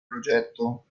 progetto